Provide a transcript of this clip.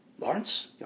Lawrence